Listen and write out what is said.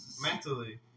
mentally